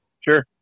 Sure